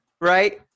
Right